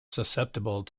susceptible